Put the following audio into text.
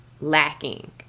lacking